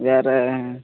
வேறு